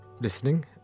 listening